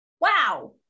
Wow